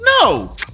no